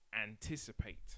anticipate